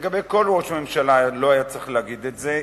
לגבי כל ראש ממשלה בישראל לא היה צריך להגיד את זה,